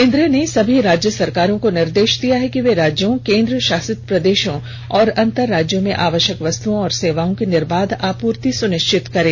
केंद्र ने सभी राज्य सरकारों को निर्देश दिया है कि वे राज्यों केंद्र शासित प्रदेशों और अंतर राज्यों में आवश्यक वस्तुओं और सेवाओं की निर्बाध आपूर्ति सुनिश्चित करें